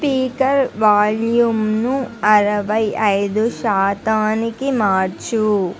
speaker వాల్యూంను అరవై ఐదు శాతానికి మార్చు